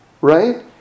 right